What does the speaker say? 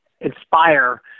inspire